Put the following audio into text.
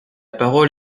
parole